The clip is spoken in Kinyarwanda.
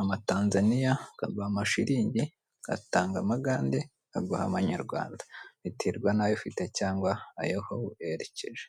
amatanzaniya bakaguha amashirigi, ugatanga amagande bakaguha amanyarwanda. Biterwa n'ayo ufite cyangwa ayo aho werekeje.